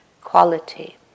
quality